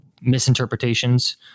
misinterpretations